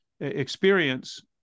experience